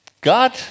God